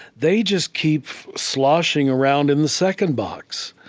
they just keep sloshing around in the second box